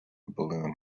balloon